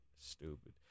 Stupid